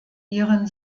ihren